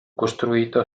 costruito